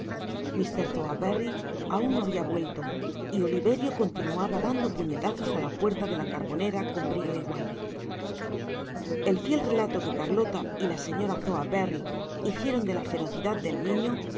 mr sowerberry aun no habia vuelto y oliverio continuaba dando puñetazos á la puerta de la carbonera con brio igual el fiel relato que carlota y la señora sowerberry hicieron de la feroci dad del niño